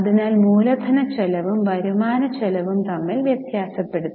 അതിനാൽ മൂലധനച്ചെലവും വരുമാനച്ചെലവും തമ്മിൽ വ്യതാസപ്പെടുത്തി